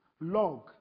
Log